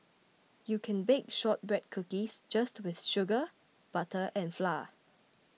you can bake Shortbread Cookies just with sugar butter and flour